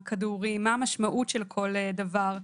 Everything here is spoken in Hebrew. כדורים - מה המשמעות של כל דבר ודבר,